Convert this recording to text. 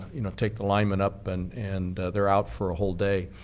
you know, take the linemen up and and they're out for a whole day.